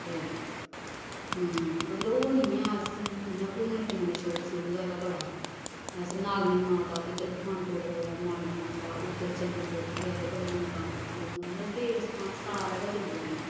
ते मतलब ओह् निं ऐ अस इ'यां घूमने फिरने दा शौक शुरू दा गै बड़ा हा अस नागनी माता इद्धर पठानकोट कोला नागनी माता उद्धर चली जंदे उत्थै बी आखदे बड़ी मनोकामना पूर्ण होंदी मतलब देवस्थान सारा गै चली जन्ने